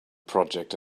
project